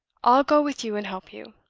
i'll go with you and help you.